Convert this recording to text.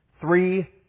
Three